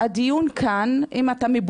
אתמול